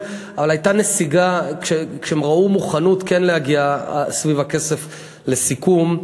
אבל הייתה נסיגה כי הם הראו מוכנות כן להגיע סביב הכסף לסיכום.